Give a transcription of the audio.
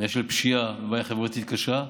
בעיה של פשיעה ובעיה חברתית קשה,